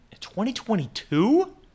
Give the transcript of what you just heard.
2022